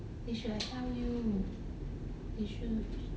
you should come you issue